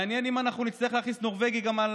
מעניין אם אנחנו נצטרך להכניס נורבגי גם על